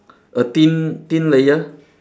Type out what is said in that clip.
a thin thin layer